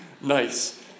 nice